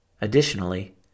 Additionally